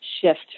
shift